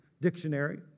dictionary